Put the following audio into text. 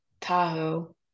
Tahoe